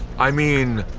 i mean.